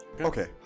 okay